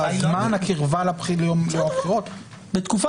זמן הקרבה לבחירות --- חבר